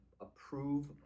approve